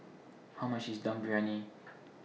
How much IS Dum Briyani